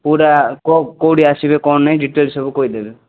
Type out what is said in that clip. କେଉଁଟା କେଉଁ କେଉଁଠି ଆସିବେ କ'ଣ ନାଇ ଡିଟେଲସ୍ ସବୁ କହିଦେବେ